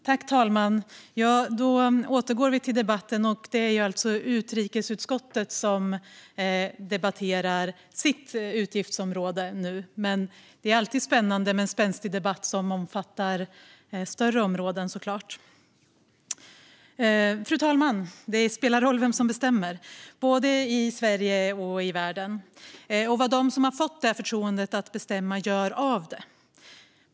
Fru talman! Då återgår vi till debatten. Det är alltså utrikesutskottet som debatterar sitt utgiftsområde nu, men det är såklart alltid spännande med en spänstig debatt som omfattar större områden. Fru talman! Det spelar roll vem som bestämmer, både i Sverige och i världen, och vad de som fått förtroendet att bestämma gör av det.